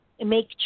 make